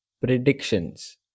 predictions